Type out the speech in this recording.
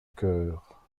cœur